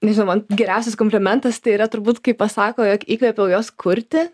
nežinau man geriausias komplimentas tai yra turbūt kai pasako jog įkvėpiau juos kurti